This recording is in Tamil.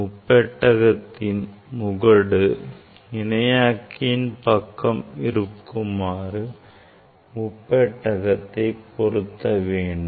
முப்பெட்டகத்தின் முகடு இணையாக்கியின் பக்கம் இருக்குமாறு முட்பெட்டகத்தை பொருத்த வேண்டும்